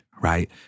Right